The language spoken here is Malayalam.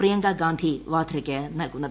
പ്രിയങ്ക ഗാന്ധി വാദ്രയ്ക്ക് നൽകുന്നത്